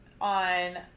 on